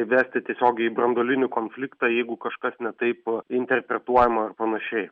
vesti tiesiogiai į branduolinį konfliktą jeigu kažkas ne taip interpretuojama ir panašiai